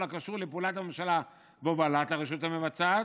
הקשור לפעולת הממשלה והובלת הרשות המבצעת,